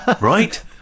Right